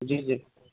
जी जी